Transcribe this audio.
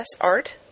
art